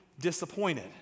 disappointed